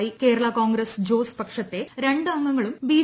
ക്കേരള കോൺഗ്രസ് ജോസ് പക്ഷത്തെ രണ്ട് അംശ്ങ്ങളും ബി